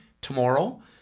tomorrow